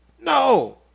No